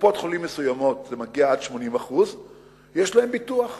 בקופות-חולים מסוימות זה מגיע עד 80% יש להם ביטוח סיעודי.